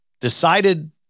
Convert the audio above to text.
decided